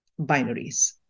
binaries